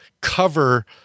cover